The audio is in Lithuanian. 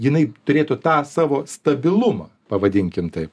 jinai turėtų tą savo stabilumą pavadinkim taip